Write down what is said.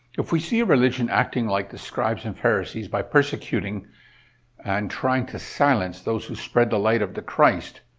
if we see a religion acting like the scribes and pharisees by persecuting and trying to silence those who spread the light of the christ,